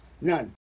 none